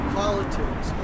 politics